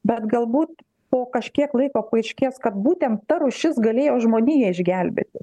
bet galbūt po kažkiek laiko paaiškės kad būtent ta rūšis galėjo žmoniją išgelbėti